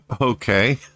Okay